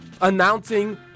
Announcing